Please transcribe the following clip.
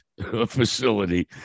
facility